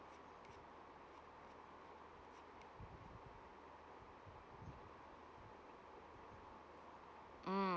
hmm